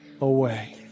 away